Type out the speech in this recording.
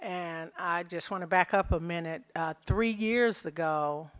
and i just want to back up a minute three years ago